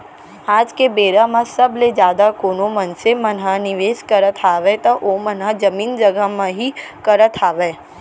आज के बेरा म सबले जादा कोनो मनसे मन ह निवेस करत हावय त ओमन ह जमीन जघा म ही करत हावय